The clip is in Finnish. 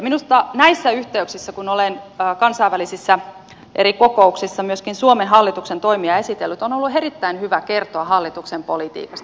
minusta näissä yhteyksissä kun olen kansainvälisissä kokouksissa myöskin suomen hallituksen toimia esitellyt on ollut erittäin hyvä kertoa hallituksen politiikasta